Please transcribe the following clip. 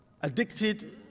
addicted